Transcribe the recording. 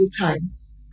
times